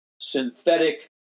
synthetic